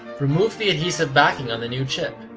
remove the adhesive backing on the new chip.